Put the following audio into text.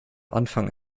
anfang